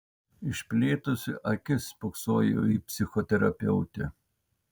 išplėtusi akis spoksojau į psichoterapeutę